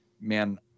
man